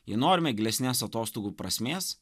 jei norime gilesnės atostogų prasmės